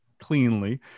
cleanly